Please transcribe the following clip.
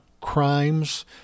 crimes—